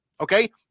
Okay